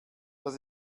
das